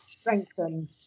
strengthen